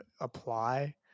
apply